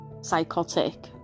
psychotic